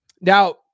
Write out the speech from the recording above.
Now